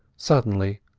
suddenly,